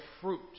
fruit